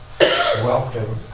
welcome